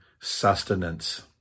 sustenance